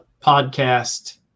podcast